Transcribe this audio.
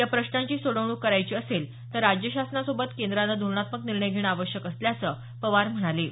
या प्रश्नांची सोडवणूक करायची असेल तर राज्य शासनासोबतच केंद्रानं धोरणात्मक निर्णय घेणं आवश्यक असल्याचं पवार म्हणाले